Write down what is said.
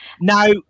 Now